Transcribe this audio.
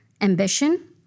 Ambition